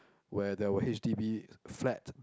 where there were H_D_B flat